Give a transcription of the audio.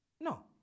No